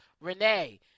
Renee